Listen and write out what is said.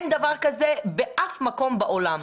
אין דבר כזה באף מקום בעולם.